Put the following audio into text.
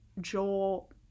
Joel